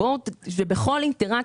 זה בכל אינטראקציה,